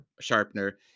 sharpener